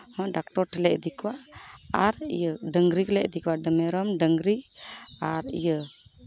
ᱦᱚᱸ ᱰᱟᱠᱴᱚᱨ ᱴᱷᱮᱱ ᱞᱮ ᱤᱫᱤ ᱠᱚᱣᱟ ᱟᱨ ᱰᱟᱝᱨᱤ ᱦᱚᱸᱞᱮ ᱤᱫᱤ ᱠᱚᱣᱟ ᱢᱮᱨᱚᱢ ᱰᱟᱝᱨᱤ ᱟᱨ ᱤᱭᱟᱹ